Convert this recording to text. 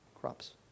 crops